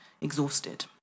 exhausted